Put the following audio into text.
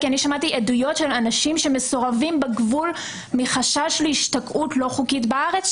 שמעתי עדויות של אנשים שמסורבים בגבול מחשש להשתקעות לא חוקית בארץ,